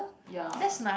ya